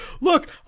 Look